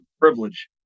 privilege